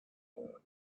love